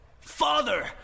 Father